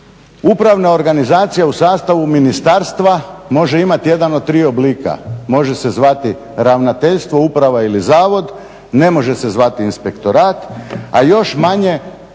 Upravna organizacija u sastavu ministarstva može imati jedan od tri oblika. Može se zvati ravnateljstvo, uprava ili zavod, ne može se zvati inspektorat a još manje